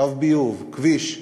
קו ביוב, כביש,